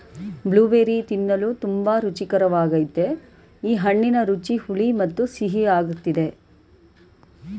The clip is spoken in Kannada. ಬ್ಲೂಬೆರ್ರಿ ತಿನ್ನಲು ತುಂಬಾ ರುಚಿಕರ್ವಾಗಯ್ತೆ ಈ ಹಣ್ಣಿನ ರುಚಿ ಹುಳಿ ಮತ್ತು ಸಿಹಿಯಾಗಿರ್ತದೆ